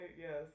yes